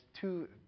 two